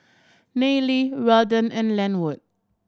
Nayely Weldon and Lenwood